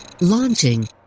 Launching